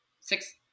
six